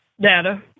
data